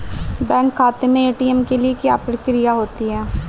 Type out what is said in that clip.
Bank खाते में ATM के लिए क्या प्रक्रिया होती है?